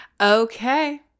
Okay